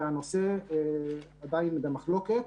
והנושא עדיין במחלוקת,